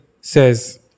says